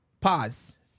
pause